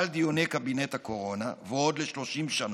על דיוני קבינט הקורונה, ועוד ל-30 שנה,